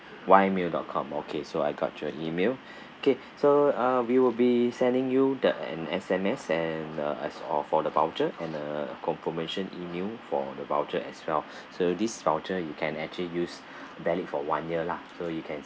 Y mail dot com okay so I got your email okay so uh we will be sending you the an S_M_S and uh as of for the voucher and a confirmation email for the voucher as well so this voucher you can actually use valid for one year lah so you can